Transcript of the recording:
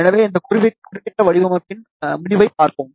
எனவே இந்த குறிப்பிட்ட வடிவமைப்பின் முடிவைப் பார்ப்போம்